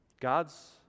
God's